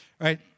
right